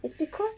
it's because